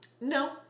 No